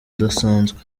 udasanzwe